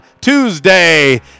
tuesday